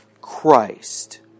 Christ